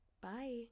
Bye